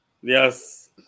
Yes